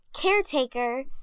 caretaker